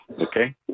okay